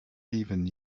even